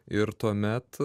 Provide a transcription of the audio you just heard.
ir tuomet